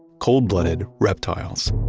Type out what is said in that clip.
cold-blooded reptiles.